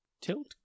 tilt